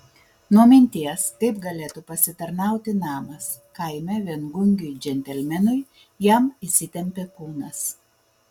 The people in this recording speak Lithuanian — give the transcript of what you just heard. nuo minties kaip galėtų pasitarnauti namas kaime viengungiui džentelmenui jam įsitempė kūnas